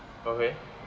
okay